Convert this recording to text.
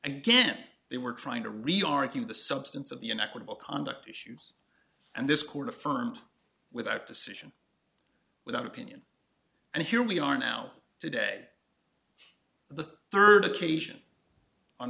again they were trying to read argue the substance of the an equitable conduct issues and this court affirmed without decision without opinion and here we are now today the third occasion on